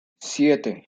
siete